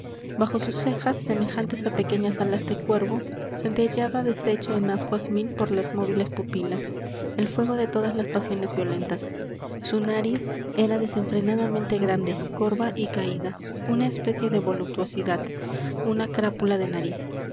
bajo sus cejas semejantes a pequeñas alas de cuervo centelleaba deshecho en ascuas mil por las movibles pupilas el fuego de todas las pasiones violentas su nariz era desenfrenadamente grande corva y caída una especie de voluptuosidad una crápula de nariz la